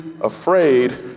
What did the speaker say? afraid